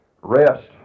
Rest